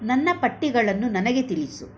ನನ್ನ ಪಟ್ಟಿಗಳನ್ನು ನನಗೆ ತಿಳಿಸು